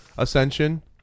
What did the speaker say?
Ascension